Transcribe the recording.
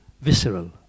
Visceral